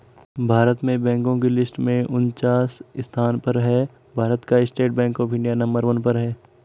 भारत बैंको की लिस्ट में उनन्चास स्थान पर है भारत का State Bank of India number one पर है